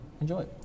enjoy